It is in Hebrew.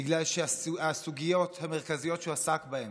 בגלל שהסוגיות המרכזיות שהוא עסק בהן,